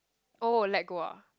oh let go ah